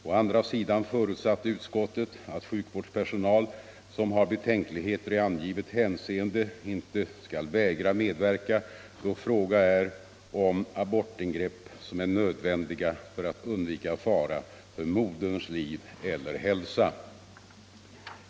Å andra sidan förutsatte ut skottet att sjukvårdspersonal som har betänkligheter i angivet hänseende inte skall vägra medverka då fråga är om abortingrepp som är nödvändiga för att undvika fara för moderns liv eller hälsa.